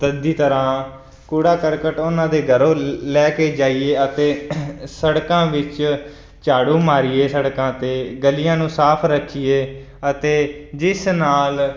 ਚੰਗੀ ਤਰ੍ਹਾਂ ਕੂੜਾ ਕਰਕਟ ਉਹਨਾਂ ਦੇ ਘਰੋਂ ਲੈ ਕੇ ਜਾਈਏ ਅਤੇ ਸੜਕਾਂ ਵਿੱਚ ਝਾੜੂ ਮਾਰੀਏ ਸੜਕਾਂ ਅਤੇ ਗਲੀਆਂ ਨੂੰ ਸਾਫ ਰੱਖੀਏ ਅਤੇ ਜਿਸ ਨਾਲ